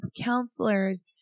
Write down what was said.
counselors